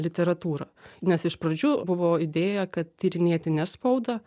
literatūrą nes iš pradžių buvo idėja kad tyrinėti ne spaudą